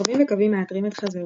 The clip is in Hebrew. כוכבים וקווים מעטרים את חזהו.